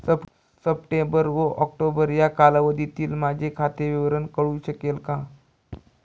September ते October या कालावधीतील माझे खाते विवरण कळू शकेल का?